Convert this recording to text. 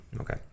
Okay